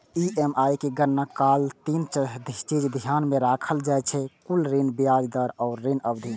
EMI के गणना काल तीन चीज ध्यान मे राखल जाइ छै, कुल ऋण, ब्याज दर आ ऋण अवधि